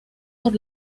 por